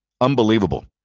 Unbelievable